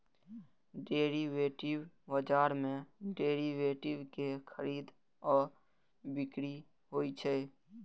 derivative बाजार मे derivative के खरीद आ बिक्री होइ छै